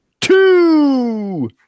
two